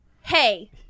hey